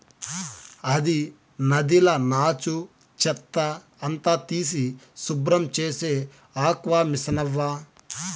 అది నదిల నాచు, చెత్త అంతా తీసి శుభ్రం చేసే ఆక్వామిసనవ్వా